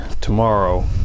tomorrow